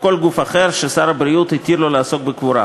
וכל גוף אחר ששר הבריאות התיר לו לעסוק בקבורה.